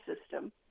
system